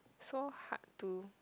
so hard to